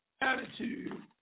attitude